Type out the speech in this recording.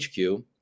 HQ